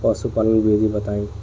पशुपालन विधि बताई?